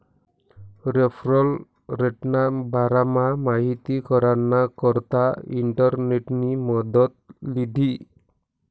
referral रेटना बारामा माहिती कराना करता इंटरनेटनी मदत लीधी